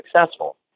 successful